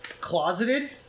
closeted